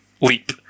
leap